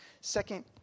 Second